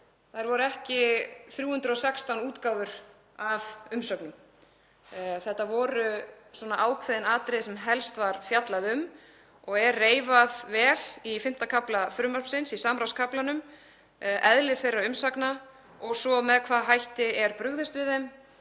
þær voru ekki 316 útgáfur af umsögnum. Þetta voru ákveðin atriði sem helst var fjallað um og er reifað vel í 5. kafla greinargerðar með frumvarpinu, í samráðskaflanum, eðli þeirra umsagna og svo með hvaða hætti er brugðist við þeim.